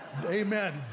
Amen